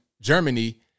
Germany